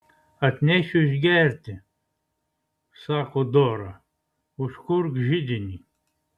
atnešiu išgerti sako dora užkurk židinį